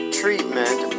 treatment